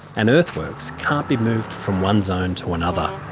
and earthworks can't be moved from one zone to another.